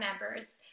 members